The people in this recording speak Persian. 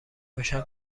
روشن